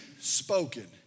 spoken